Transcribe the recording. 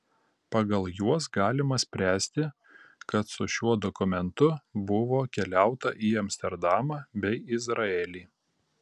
pagal juos galima spręsti kad su šiuo dokumentu buvo keliauta į amsterdamą bei izraelį